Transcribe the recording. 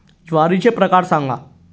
ज्वारीचे प्रकार सांगा